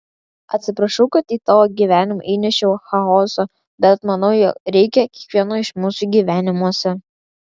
atsiprašau kad į tavo gyvenimą įnešiau chaoso bet manau jo reikia kiekvieno iš mūsų gyvenimuose